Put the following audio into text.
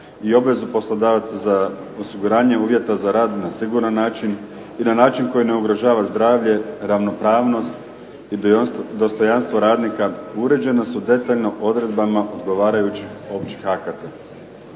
i obvezu poslodavaca za osiguranje uvjeta za rad na siguran način i na način koji ne ugrožava zdravlje, ravnopravnost i dostojanstvo radnika, uređena su detaljno odredbama odgovarajućih općih akata.